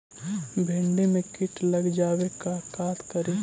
भिन्डी मे किट लग जाबे त का करि?